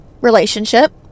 relationship